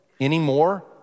anymore